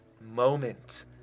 moment